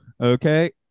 okay